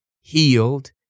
healed